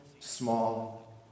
small